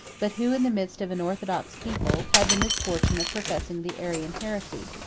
but who, in the midst of an orthodox people, had the misfortune of professing the arian heresy,